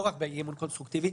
לא רק באי-אמון קונסטרוקטיבי,